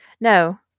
No